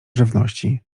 żywności